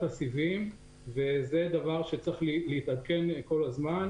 הסיבים וזה דבר שצריך כל הזמן להתעדכן.